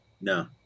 No